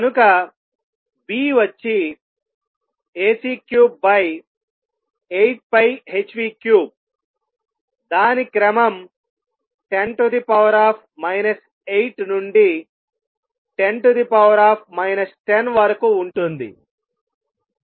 కనుక B వచ్చి Ac38πh3 దాని క్రమం 10 8 నుండి 10 10వరకు ఉంటుంది